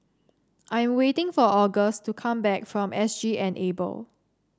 I am waiting for Auguste to come back from S G Enable